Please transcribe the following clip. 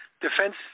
defense